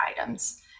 items